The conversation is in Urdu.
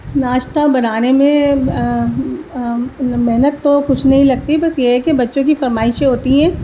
ناشتہ بنانے میں محنت تو کچھ نہیں لگتی بس یہ ہے کہ بچوں کی فرمائشیں ہوتی ہیں